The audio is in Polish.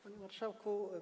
Panie Marszałku!